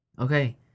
okay